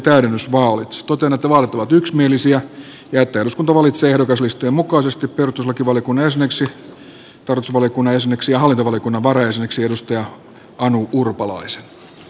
totean että vaalit ovat yksimielisiä ja että eduskunta valitsee ehdokaslistojen mukaisesti perustuslakivaliokunnan jäseneksi tarkastusvaliokunnan jäseneksi ja hallintovaliokunnan varajäseneksi anu urpalaisen